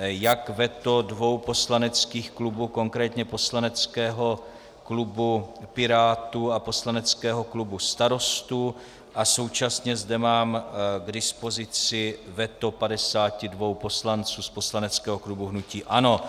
jak veto dvou poslaneckých klubů konkrétně poslaneckého klubu Pirátů a poslaneckého klubu Starostů a současně zde mám k dispozici veto 52 poslanců z poslaneckého klubu hnutí ANO.